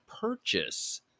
purchase